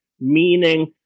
meaning